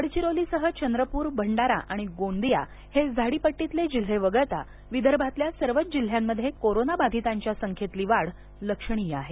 गडचिरोलीसह चंद्रपूरभंडारा आणि गोंदिया हे झाडीपट्टीतले जिल्हे वगळता विदर्भातल्या सर्वच जिल्ह्यांमध्ये कोरोनाबाधितांच्या संख्येतली वाढ लक्षणीय आहे